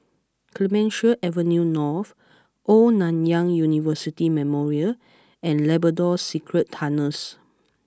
Clemenceau Avenue North Old Nanyang University Memorial and Labrador Secret Tunnels